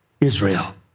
Israel